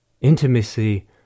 intimacy